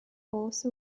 also